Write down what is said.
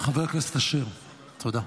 חבר הכנסת אשר, תודה.